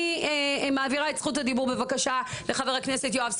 אני מעבירה את זכות הדיבור בבקשה לחבר הכנסת יואב סגלוביץ'